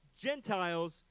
Gentiles